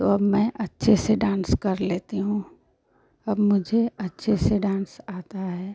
तो अब मैं अच्छे से डांस कर लेती हूँ अब मुझे अच्छे से डांस आता है